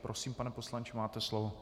Prosím, pane poslanče, máte slovo.